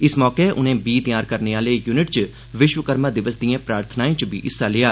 इस मौके उनें बींऽ तैयार करने आह्ले युनिट च विश्वकर्मा दिवस दिएं प्रार्थनाएं च बी हिस्सा लैता